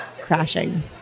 crashing